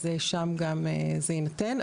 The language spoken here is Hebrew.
אז שם זה יינתן.